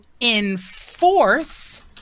enforce